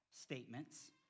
statements